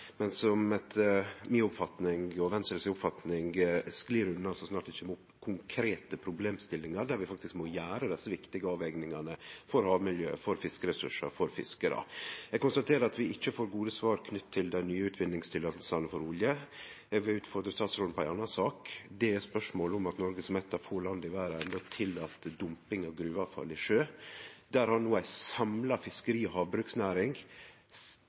men som etter Venstres oppfatning sklir unna så snart det kjem opp konkrete problemstillingar der vi faktisk må gjere desse viktige avvegingane for havmiljøet, for fiskeressursar og for fiskarar. Eg konstaterer at vi ikkje får gode svar knytt til dei nye utvinningstillatingane for olje. Eg vil utfordre statsråden på ei anna sak. Det er spørsmålet om at Noreg, som eit av få land i verda, tillèt dumping av gruveavfall i sjøen. Der har no ei samla fiskeri- og havbruksnæring